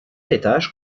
étage